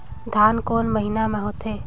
धान कोन महीना मे होथे?